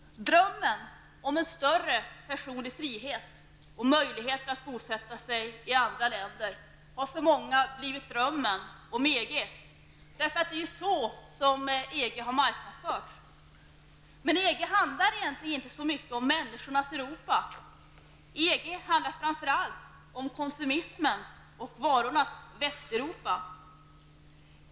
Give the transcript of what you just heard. Drömmen om en större personlig frihet och möjligheter att bosätta sig i andra länder har för många blivit drömmen om EG, därför att det är så som EG har marknadsförts. Men EG handlar egentligen inte så mycket om människornas Europa. EG handlar framför allt om konsumismens och varornas Västeuropa.